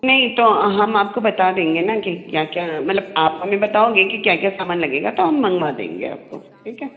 नहीं तो हम आपको बता देंगे ना क्या क्या मतलब आप हमें बताओगे कि क्या क्या सामान लगेगा तो हम मंगवा देंगे आपको ठीक है